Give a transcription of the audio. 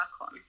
on